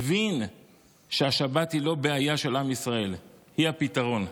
מבין שהשבת היא לא בעיה של עם ישראל, היא הפתרון.